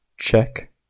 Check